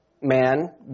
man